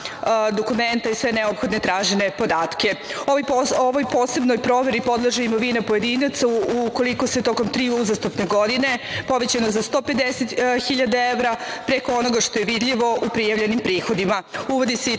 dokumenta i sve neophodne tražene podatke. Ovoj posebnoj proveri podleže i imovina pojedinaca, ukoliko se tokom tri uzastopne godine poveća za 150.000 evra, preko onoga što je vidljivo u prijavljenim prihodima.